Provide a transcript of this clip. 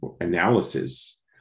analysis